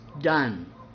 done